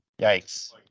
yikes